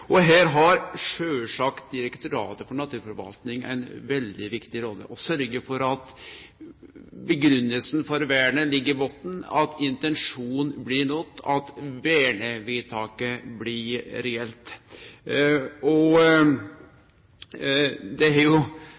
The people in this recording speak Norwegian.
Her har sjølvsagt Direktoratet for naturforvaltning ei veldig viktig rolle: å sørgje for at grunngivinga for vernet ligg i botnen, at intensjonen blir nådd, at vernevedtaket blir reelt. Det er